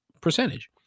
percentage